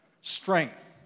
Strength